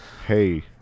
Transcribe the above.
Hey